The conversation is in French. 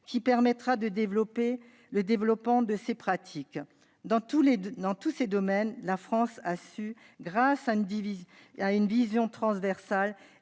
qui permettra le développement de ces pratiques. Dans tous ces domaines, la France a su, grâce à une vision transversale